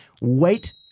wait